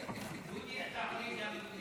תענה גם לי?